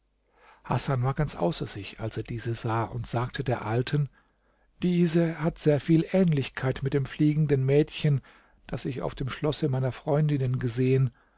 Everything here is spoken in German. hasan war ganz außer sich als er diese sah und sagte der alten diese hat sehr viel ähnlichkeit mit dem fliegenden mädchen das ich auf dem schlosse meiner freundinnen gesehen